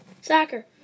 soccer